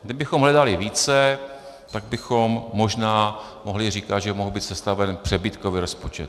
Kdybychom hledali více, tak bychom možná mohli říkat, že mohl být sestaven přebytkový rozpočet.